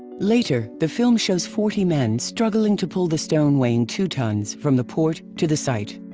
later, the film shows forty men struggling to pull the stone weighing two tons from the port to the site.